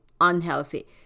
unhealthy